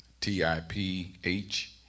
T-I-P-H